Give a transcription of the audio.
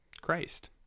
Christ